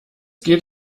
geht